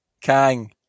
Kang